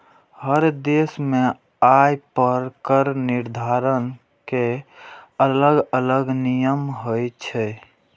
हर देश मे आय पर कर निर्धारण के अलग अलग नियम होइ छै